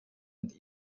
und